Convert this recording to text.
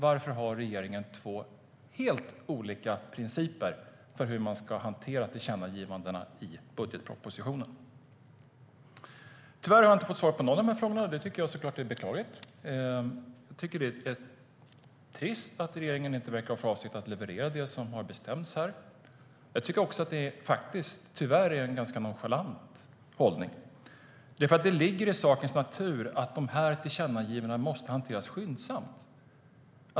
Varför har regeringen två helt olika principer för hur man ska hantera tillkännagivandena i budgetpropositionen? Tyvärr har jag inte fått svar på någon av frågorna. Det tycker jag såklart är beklagligt. Det är trist att regeringen inte verkar ha för avsikt att leverera det som har bestämts av riksdagen. Det är faktiskt en ganska nonchalant hållning. Det ligger i sakens natur att tillkännagivandena måste hanteras skyndsamt.